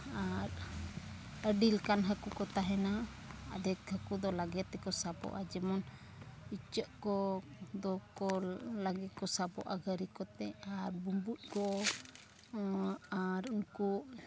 ᱟᱨ ᱟᱹᱰᱤ ᱞᱮᱠᱟᱱ ᱦᱟᱹᱠᱩ ᱠᱚ ᱛᱟᱦᱮᱱᱟ ᱟᱫᱷᱮᱠ ᱦᱟᱹᱠᱩ ᱫᱚ ᱞᱟᱜᱮ ᱛᱮᱠᱚ ᱥᱟᱵᱚᱜᱼᱟ ᱡᱮᱢᱚᱱ ᱤᱪᱟᱹᱜ ᱠᱚ ᱫᱚᱠᱚ ᱞᱟᱜᱮ ᱠᱚ ᱥᱟᱵᱚᱜᱼᱟ ᱜᱷᱟᱹᱨᱤ ᱠᱚᱛᱮ ᱟᱨ ᱵᱩᱢᱵᱩᱡ ᱠᱚ ᱟᱨ ᱩᱱᱠᱩ